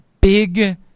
big